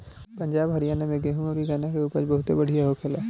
पंजाब, हरियाणा में गेंहू अउरी गन्ना के उपज बहुते बढ़िया होखेला